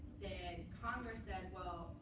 then congress said, well,